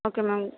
okay ma'am